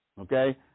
okay